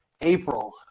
april